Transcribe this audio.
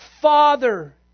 Father